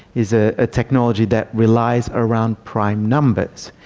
is a ah technology that relies around prime numbers.